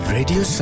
Radio